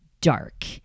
dark